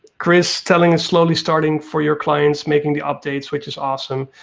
chris, telling us slowly starting for your clients making the updates, which is awesome.